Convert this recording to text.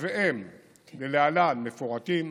ולהלן הם מפורטים: